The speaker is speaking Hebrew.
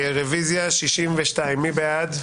רביזיה על 52. מי בעד?